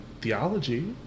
theology